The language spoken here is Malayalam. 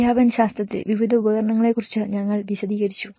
അധ്യാപനശാസ്ത്രത്തിൽ വിവിധ ഉപകരണങ്ങളെക്കുറിച്ച് ഞങ്ങൾ വിശദീകരിച്ചു